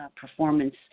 performance